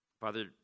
Father